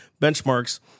benchmarks